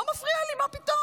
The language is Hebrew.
לא מפריע לי, מה פתאום.